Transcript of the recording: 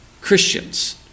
Christians